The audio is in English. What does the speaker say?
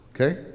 Okay